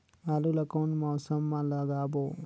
आलू ला कोन मौसम मा लगाबो?